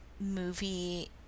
movie